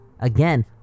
Again